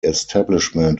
establishment